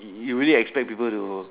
you you really expect people to